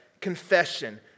confession